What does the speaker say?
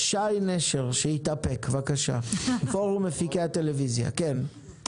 שי נשר, שהתאפק, מפורום מפיקי הטלוויזיה, בבקשה.